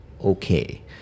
okay